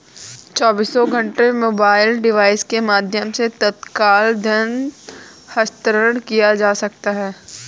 चौबीसों घंटे mobile device के माध्यम से तत्काल धन हस्तांतरण किया जा सकता है